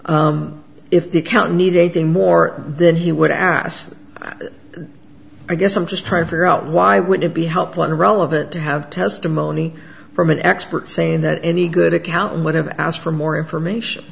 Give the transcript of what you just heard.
if the account need anything more than he would ask i guess i'm just trying to figure out why would it be helpful and relevant to have testimony from an expert saying that any good accountant would have asked for more information